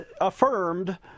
affirmed